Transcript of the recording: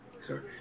Sir